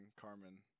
Carmen